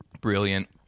Brilliant